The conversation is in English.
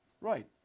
Right